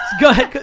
go ahead,